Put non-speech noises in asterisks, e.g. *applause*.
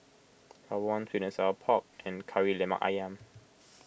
Rawon *unintelligible* Sour Pork and Kari Lemak Ayam